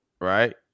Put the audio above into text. Right